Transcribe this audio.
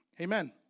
Amen